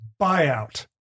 buyout